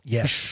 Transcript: Yes